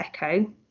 Echo